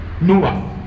Noah